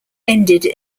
ended